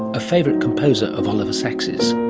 a favourite composer of oliver sacks's.